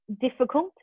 difficult